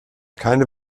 keine